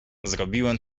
zrobiłem